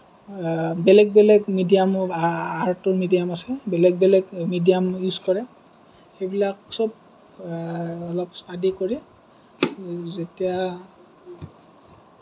বেলেগ বেলেগ মিডিয়ামৰ আৰ্টৰ মিডিয়াম আছে বেলেগ বেলেগ মিডিয়াম ইউজ কৰে সেইবিলাক চব অলপ ষ্টাডি কৰি যেতিয়া